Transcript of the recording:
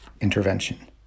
intervention